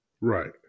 Right